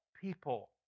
people